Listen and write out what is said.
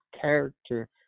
character